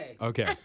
Okay